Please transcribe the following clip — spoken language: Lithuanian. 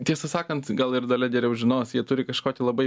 tiesą sakant gal ir dalia geriau žinos jie turi kažkokį labai